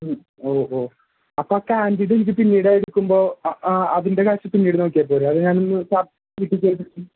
ഓ ഓ അപ്പോൾ ക്യാൻഡിഡ് എനിക്ക് പിന്നീട് എടുക്കുമ്പോൾ അതിൻ്റെ ക്യാഷ് പിന്നീട് നോക്കിയാൽ പോരെ അത് ഞാൻ ഒന്ന് വീട്ടിൽ ചോദിച്ചിട്ട്